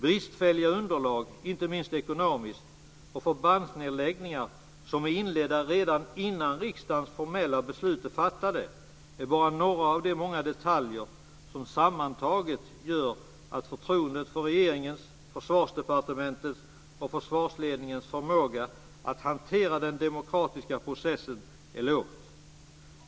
Bristfälliga underlag, inte minst ekonomiskt, och förbandsnedläggningar som är inledda redan innan riksdagens formella beslut fattats är bara några av de många detaljer som sammantaget gör att förtroendet för regeringens, Försvarsdepartementets och försvarsledningens förmåga att hantera den demokratiska processen är lågt.